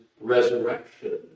resurrection